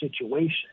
situation